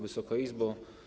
Wysoka Izbo!